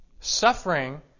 suffering